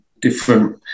different